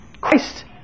Christ